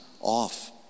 off